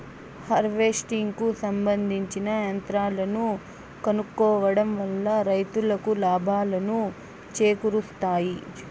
harvesting కు సంబందించిన యంత్రాలను కొనుక్కోవడం వల్ల రైతులకు లాభాలను చేకూరుస్తాయి